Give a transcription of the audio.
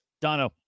Dono